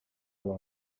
grew